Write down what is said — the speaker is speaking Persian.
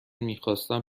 میخواستم